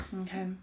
Okay